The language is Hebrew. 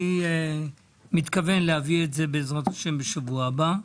אני מתכוון להביא את זה בעזרת השם בשבוע הבא.